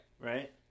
Right